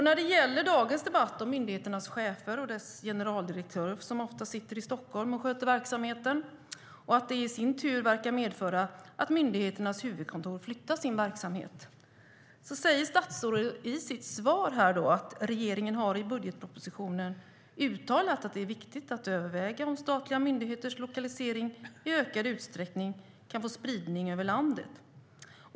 När det gäller dagens debatt om myndigheternas chefer, generaldirektörer, som ofta sitter i Stockholm och sköter verksamheten, och att det i sin tur verkar medföra att myndigheternas huvudkontor flyttar sina verksamheter, var statsrådets svar att "regeringen har i budgetpropositionen - uttalat att det är viktigt att överväga om statliga myndigheters lokalisering i ökad utsträckning kan få en spridning över landet".